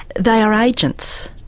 they are agents,